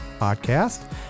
podcast